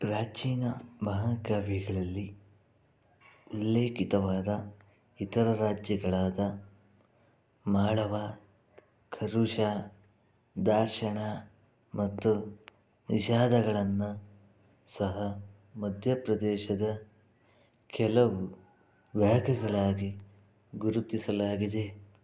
ಪ್ರಾಚೀನ ಮಹಾಕಾವ್ಯಗಳಲ್ಲಿ ಲಿಖಿತವಾದ ಇತರ ರಾಜ್ಯಗಳಾದ ಮಾಳವ ಕರುಷ ದಾಶಣ ಮತ್ತು ಇಷಾದಗಳನ್ನ ಸಹ ಮಧ್ಯ ಪ್ರದೇಶದ ಕೆಲವು ವ್ಯಾಕಗಳಾಗಿ ಗುರುತಿಸಲಾಗಿದೆ